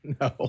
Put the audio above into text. No